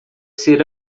ser